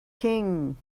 king